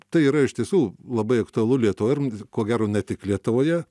tai yra iš tiesų labai aktualu lietuvoje ir ko gero ne tik lietuvoje